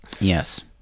Yes